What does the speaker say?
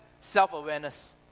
self-awareness